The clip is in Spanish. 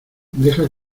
deja